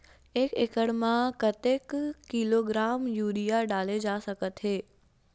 एक एकड़ म कतेक किलोग्राम यूरिया डाले जा सकत हे?